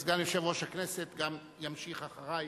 סגן יושב-ראש הכנסת ימשיך אחרי.